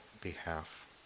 behalf